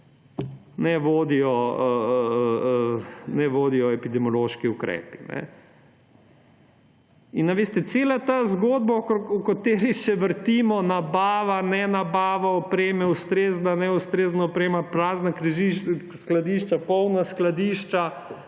ne vodijo epidemiološki ukrepi. Veste, cela ta zgodba, v kateri se vrtimo, nabava, nenabava opreme, ustrezna, neustrezna oprema, prazna skladišča, polna skladišča.